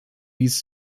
liest